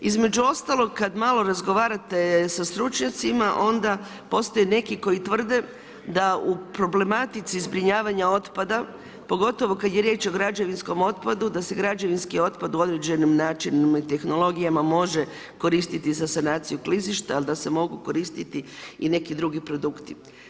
Između ostaloga kada malo razgovarate sa stručnjacima, onda postoje neki koji tvrde da u problematici zbrinjavanju otpada, pogotovo kada je riječ o građevinskom otpadu, da se građevinski otpad u određenim načinima i tehnologijama može koristi za sanaciju klizišta, ali da se mogu koristiti i neki drugi produkti.